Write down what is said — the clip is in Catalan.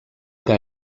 que